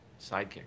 Sidekick